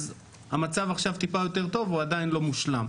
אז המצב עכשיו טיפה יותר טוב אבל הוא עדיין לא מושלם.